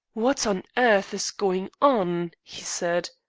what on earth is going on? he said.